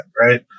Right